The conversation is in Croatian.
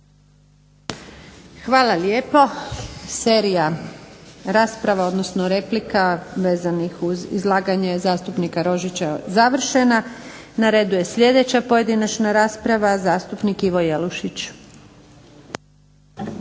Hvala lijepo. Serija replika vezanih uz izlaganje zastupnika Rožića je završena. Na redu je sljedeća pojedinačna rasprava, zastupnik Ivo Jelušić.